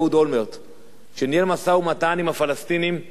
שניהל משא-ומתן עם הפלסטינים על זכות השיבה.